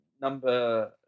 number